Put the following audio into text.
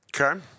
Okay